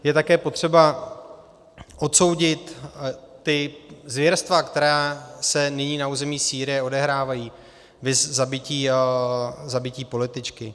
Je také potřeba odsoudit ta zvěrstva, která se nyní na území Sýrie odehrávají, viz zabití političky.